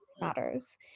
matters